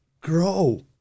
Grow